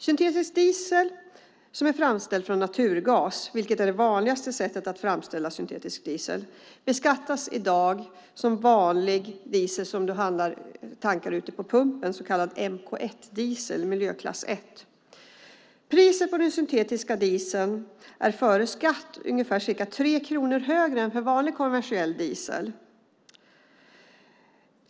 Syntetisk diesel framställd av naturgas, vilket är det vanligaste sättet att framställa syntetisk diesel, beskattas i dag som vanlig diesel som tankas vid bensinpumpen - mk 1-diesel, alltså miljöklass 1. Priset på syntetisk diesel är före skatt ca 3 kronor högre än för vanlig, konventionell, diesel.